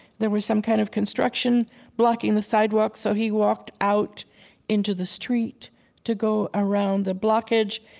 there was some kind of construction blocking the sidewalk, so he walked out into the street to go around the blockage,